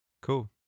cool